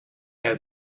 had